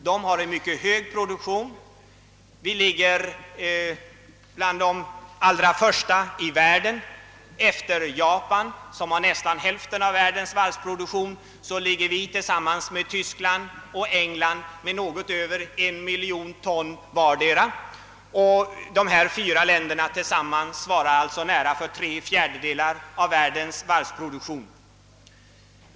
Den svenska varvsindustrins produktion är mycket hög. I fråga om produktionsresultat befinner sig Sverige bland de allra främsta länderna i världen. Tillsammans med Tyskland och England ligger Sverige med en varvsproduktion av något över 1 miljon ton närmast efter Japan som har nästan hälften av världens varvsproduktion, och tillsammans svarar dessa fyra länder för nära tre fjärdedelar av världens varvsproduktion.